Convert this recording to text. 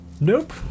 Nope